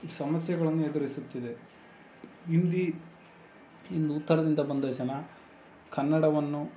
ಸಮಸ್ಯೆಗಳನ್ನು ಎದುರಿಸುತ್ತಿದೆ ಹಿಂದಿ ಇಂದು ಉತ್ತರದಿಂದ ಬಂದ ಜನ ಕನ್ನಡವನ್ನು